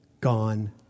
gone